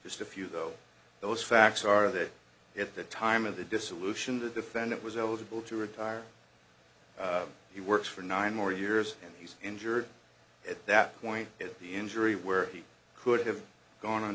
just a few though those facts are that at the time of the dissolution the defendant was eligible to retire he works for nine more years and he's injured at that point if the injury where he could have gone on